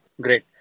Great